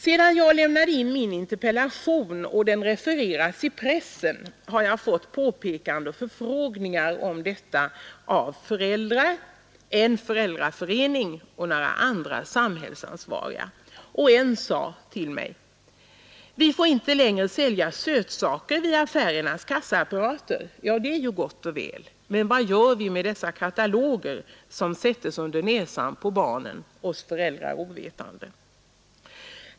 Sedan jag lämnade in min interpellation och den refererats i pressen har jag fått påpekanden och förfrågningar om detta från flera föräldrar, en föräldraförening och några andra samhällsansvariga. Någon av dem sade till mig: Vi får inte sälja sötsaker vid affärernas kassaapparater. Det ju gott och väl. Men vad gör vi med dessa kataloger, som sätts under näsan på barnen, oss föräldrar ovetande?